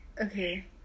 Okay